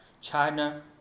China